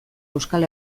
euskal